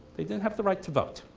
they didn't have the right to vote.